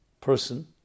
person